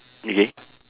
okay